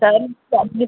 sir మీరు